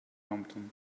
hampton